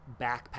backpack